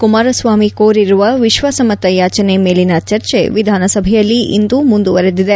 ಕುಮಾರಸ್ವಾಮಿ ಕೋರಿರುವ ವಿಶ್ವಾಸಮತ ಯಾಚನೆ ಮೇಲಿನ ಚರ್ಚೆ ವಿಧಾನಸಭೆಯಲ್ಲಿ ಇಂದೂ ಮುಂದುವರೆದಿದೆ